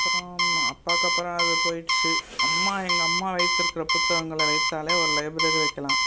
அப்புறம் அப்பாவுக்கு அப்புறம் அது போயிடுச்சு அம்மா எங்கள் அம்மா வைத்திருக்க புத்தகங்களை வைத்தாலே ஒரு லைப்ரரி வைக்கலாம்